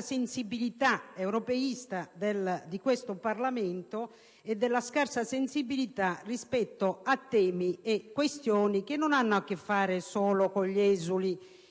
sensibilità europeista di questo Parlamento e della sua scarsa sensibilità rispetto a questioni che non hanno a che fare solo con gli esuli